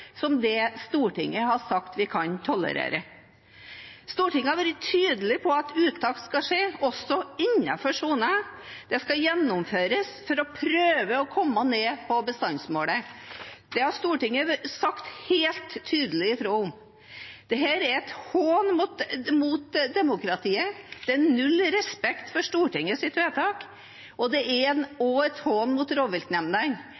som det Stortinget har sagt vi kan tolerere? Stortinget har vært tydelig på at uttak skal skje også innenfor sonen. Det skal gjennomføres for å prøve å komme ned på bestandsmålet. Det har Stortinget sagt helt tydelig fra om. Dette er en hån mot demokratiet, det er null respekt for Stortingets vedtak, og det er også en